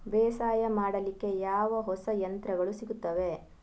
ಬೇಸಾಯ ಮಾಡಲಿಕ್ಕೆ ಯಾವ ಯಾವ ಹೊಸ ಯಂತ್ರಗಳು ಸಿಗುತ್ತವೆ?